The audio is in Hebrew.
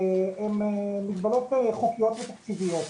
הן מגבלות כאלה חוקיות ותקציביות.